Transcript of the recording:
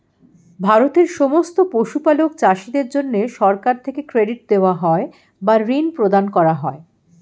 ভারতের সমস্ত পশুপালক চাষীদের জন্যে সরকার থেকে ক্রেডিট দেওয়া হয় বা ঋণ প্রদান করা হয়